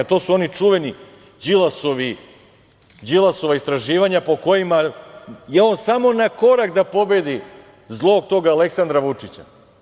To su oni čuvena Đilasova istraživanja po kojima je on samo na korak da pobedi zlog Aleksandra Vučića.